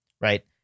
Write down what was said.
right